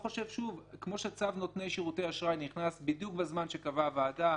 כמו שצו נותני שירותי אשראי נכנס בדיוק בזמן שקבעה הוועדה,